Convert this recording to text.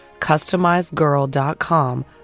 customizedgirl.com